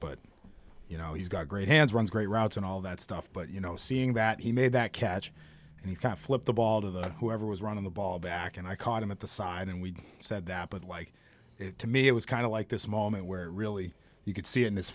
but you know he's got great hands runs great routes and all that stuff but you know seeing that he made that catch and you can flip the ball to the whoever was running the ball back and i caught him at the side and we said that but like to me it was kind of like this moment where really you could see it in his